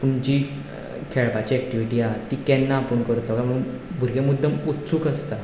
पूण जी खेळपाची एक्टिविटी आसा ती केन्ना आपूण करतलो म्हूण भरगें मुद्दम उत्सुक्त आसता